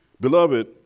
Beloved